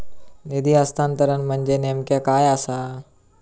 निधी हस्तांतरण म्हणजे नेमक्या काय आसा?